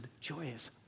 joyous